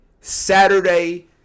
Saturday